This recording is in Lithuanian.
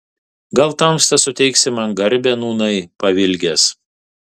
gal tamsta suteiksi man garbę nūnai pavilgęs